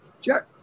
Jack